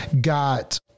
got